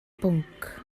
bwnc